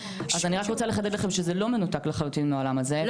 אז אני רוצה לחדד לכם שזה לא מנותק לחלוטין מהעולם הזה,